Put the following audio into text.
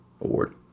award